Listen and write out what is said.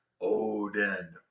Odin